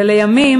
ולימים,